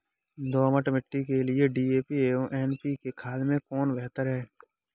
दोमट मिट्टी के लिए डी.ए.पी एवं एन.पी.के खाद में कौन बेहतर है?